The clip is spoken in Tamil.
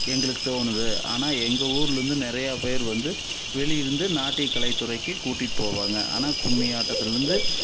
எங்களுக்கு தோணுது ஆனால் எங்கள் ஊர்லேயிருந்து நிறைய பேர் வந்து வெளிலேயிருந்து நாட்டிய கலைத்துறைக்கு கூட்டிகிட்டு போவாங்க ஆனால் கும்மி ஆட்டத்திலேயிருந்து